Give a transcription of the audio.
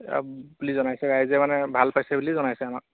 বুলি জনাইছে ৰাইজে মানে ভাল পাইছে বুলি জনাইছে আমাক